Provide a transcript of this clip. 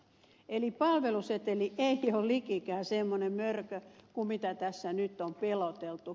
eli palveluseteli ei ole likikään semmoinen mörkö kuin tässä nyt on peloteltu